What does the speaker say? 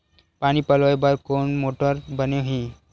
पानी पलोय बर कोन मोटर बने हे?